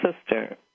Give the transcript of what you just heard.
sister